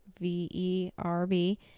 V-E-R-B